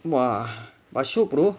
!wah! but shock ro